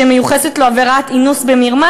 שמיוחסת לו עבירת אינוס במרמה.